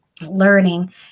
learning